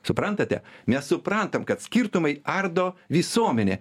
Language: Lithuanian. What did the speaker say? suprantate mes suprantam kad skirtumai ardo visuomenę